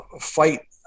fight